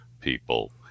people